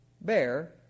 bear